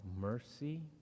mercy